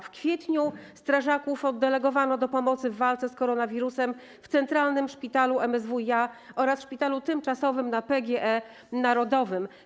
W kwietniu strażaków oddelegowano do pomocy w walce z koronawirusem w centralnym szpitalu MSWiA oraz szpitalu tymczasowym na PGE Narodowym.